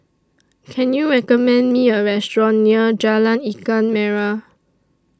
Can YOU recommend Me A Restaurant near Jalan Ikan Merah